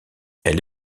elle